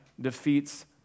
defeats